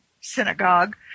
synagogue